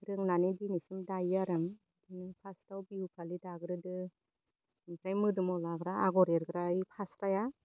रोंनानै दिनैसिम दायो आरो आं इदिनो फार्स्टआव बिहु फालि दाग्रोदों ओमफ्राय मोदोमाव लाग्रा आगर एरग्रा इ फास्राया